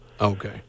Okay